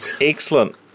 Excellent